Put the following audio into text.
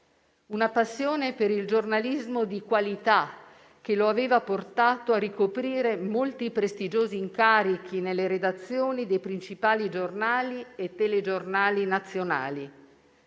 La passione per il giornalismo di qualità lo aveva portato a ricoprire molti prestigiosi incarichi nelle redazioni dei principali giornali e telegiornali nazionali.